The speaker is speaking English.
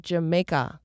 Jamaica